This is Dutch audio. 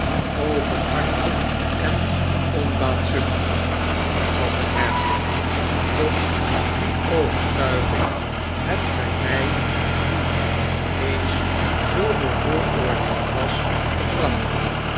openhartig en onbaatzuchtig hervatte haredale tot die overtuiging hebt gij mij die eens zoo bevooroordeeld was gebracht